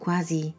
Quasi